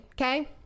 okay